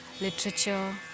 literature